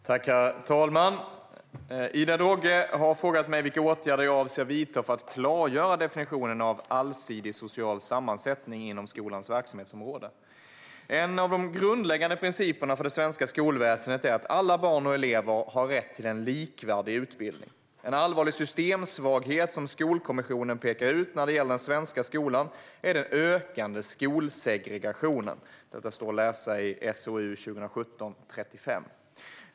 Herr talman! Ida Drougge har frågat mig vilka åtgärder jag avser att vidta för att klargöra definitionen av "allsidig social sammansättning" inom skolans verksamhetsområden. En av de grundläggande principerna för det svenska skolväsendet är att alla barn och elever har rätt till en likvärdig utbildning. En allvarlig systemsvaghet som Skolkommissionen pekar ut när det gäller den svenska skolan är den ökande skolsegregationen. Detta står att läsa i SOU 2017:35.